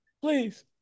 please